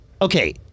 Okay